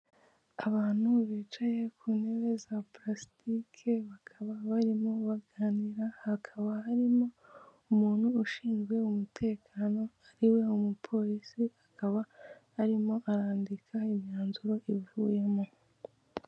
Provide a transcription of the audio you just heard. Abantu bicaye ku ntebe za purasitike bakaba barimo baganira, hakaba harimo umuntu ushinzwe umutekano, ariwe umupolisi akaba arimo arandika imyanzuro ivuyemo.